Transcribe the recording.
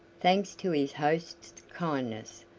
thanks to his host's kindness.